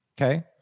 Okay